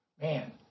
man